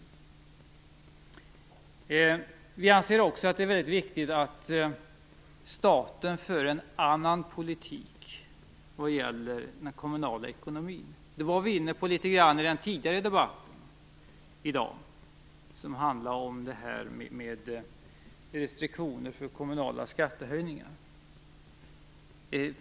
Vi anser också att det är väldigt viktigt att staten för en annan politik i fråga om den kommunala ekonomin. Det var vi inne på litet grand i den tidigare debatten i dag, den som handlade om det här med restriktioner för kommunala skattehöjningar.